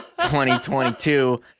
2022